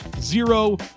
Zero